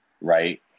Right